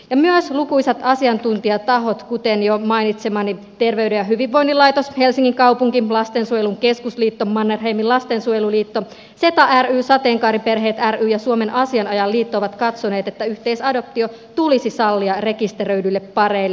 myös lukuisat asiantuntijatahot kuten jo mainitsemani terveyden ja hyvinvoinnin laitos helsingin kaupunki lastensuojelun keskusliitto mannerheimin lastensuojeluliitto seta ry sateenkaariperheet ry ja suomen asianajajaliitto ovat katsoneet että yhteisadoptio tulisi sallia rekisteröidyille pareille